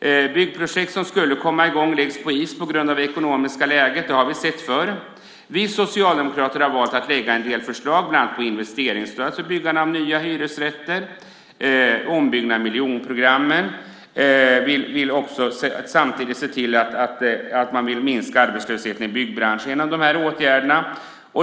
Byggprojekt som skulle komma i gång läggs på is på grund av det ekonomiska läget. Det har vi sett förr. Vi socialdemokrater har valt att lägga fram en del förslag, bland annat om investeringsstöd för byggande av nya hyresrätter och ombyggnad av miljonprogrammen. Vi vill samtidigt se till att minska arbetslösheten i byggbranschen genom de här åtgärderna.